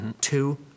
Two